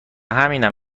همینم